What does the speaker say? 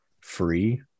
free